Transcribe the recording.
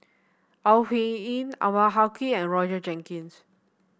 Au Hing Yee Anwarul Haque and Roger Jenkins